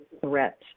threat